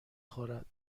خورد